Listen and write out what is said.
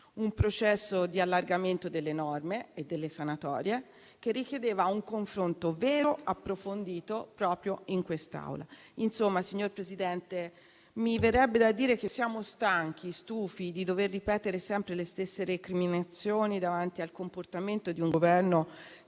un processo di allargamento delle norme e delle sanatorie che richiedeva un confronto vero e approfondito proprio in quest'Aula. Insomma, signor Presidente, mi verrebbe da dire che siamo stanchi e stufi di dover ripetere sempre le stesse recriminazioni davanti al comportamento di un Governo